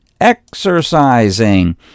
Exercising